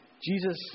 Jesus